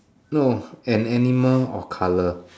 no an animal or colour